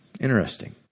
Interesting